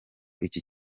iki